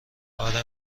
اره